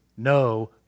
No